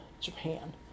Japan